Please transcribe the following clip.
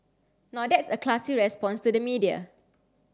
now that's a classy response to the media